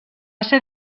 ser